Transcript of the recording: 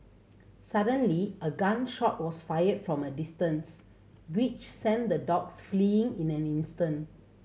suddenly a gun shot was fired from a distance which sent the dogs fleeing in an instant